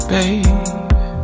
Babe